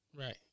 Right